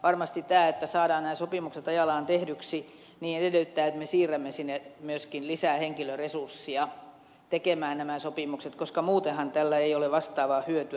varmasti tämä että saadaan nämä sopimukset ajallaan tehdyksi edellyttää että me siirrämme sinne myöskin lisää henkilöresurssia tekemään nämä sopimukset koska muutenhan tällä ei ole vastaavaa hyötyä